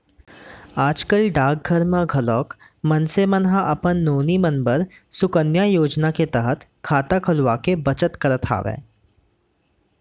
आज कल डाकघर मन म घलोक मनसे मन ह अपन नोनी मन बर सुकन्या योजना के तहत खाता खोलवाके बचत करत हवय